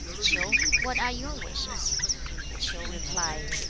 ch'iu, what are your wishes ch'iu replied,